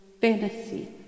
fantasy